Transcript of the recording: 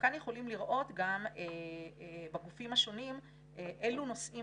כאן אנחנו יכולים לראות בגופים השונים אילו נושאים